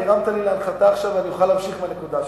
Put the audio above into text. כי הרמת לי להנחתה ואני אוכל להמשיך מהנקודה שלך.